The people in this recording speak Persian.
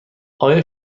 آیا